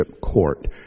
court